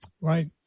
Right